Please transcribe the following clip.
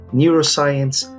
neuroscience